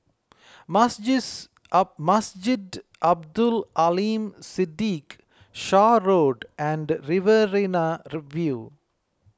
Masjid Abdul Aleem Siddique Shaw Road and Riverina View